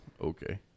Okay